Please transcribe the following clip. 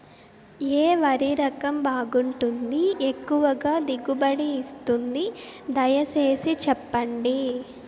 ఏ వరి రకం బాగుంటుంది, ఎక్కువగా దిగుబడి ఇస్తుంది దయసేసి చెప్పండి?